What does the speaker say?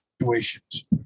situations